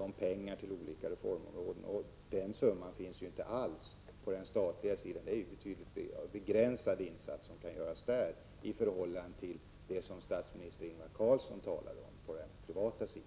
och till reformer på olika områden. Sådana summor finns ju inte alls på den statliga sidan. De insatser som kan göras på den sidan är begränsade i förhållande till insatserna på den privata sidan, som statsminister Ingvar Carlsson talade om.